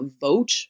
vote